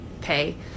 pay